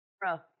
bro